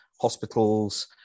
hospitals